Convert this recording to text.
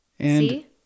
See